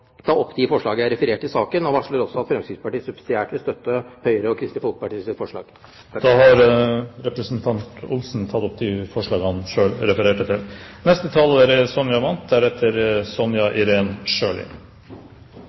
ta opp de forslagene jeg har referert til i denne saken. Jeg varsler også at Fremskrittspartiet subsidiært vil støtte forslaget fra Høyre og Kristelig Folkeparti. Representanten Per Arne Olsen har tatt opp de forslagene han refererte til. Arbeiderpartiet er